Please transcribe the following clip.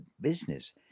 business